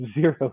zero